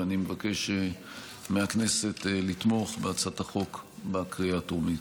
ואני מבקש מהכנסת לתמוך בהצעת החוק בקריאה הטרומית.